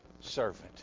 servant